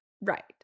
right